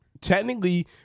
technically